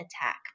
attack